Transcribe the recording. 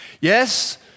Yes